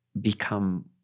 become